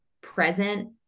present